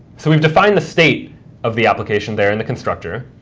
so we've defined the state of the application there in the constructor,